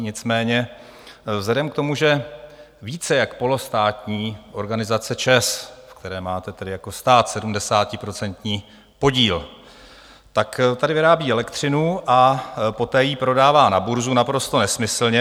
Nicméně vzhledem k tomu, že více jak polostátní organizace ČEZ, ve které máte jako stát 70% podíl, tady vyrábí elektřinu a poté ji prodává na burzu, naprosto nesmyslně.